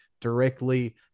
directly